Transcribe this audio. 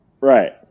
Right